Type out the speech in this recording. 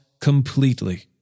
completely